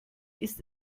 ist